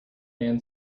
man